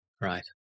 Right